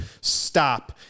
stop